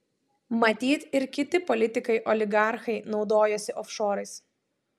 matyt ir kiti politikai oligarchai naudojasi ofšorais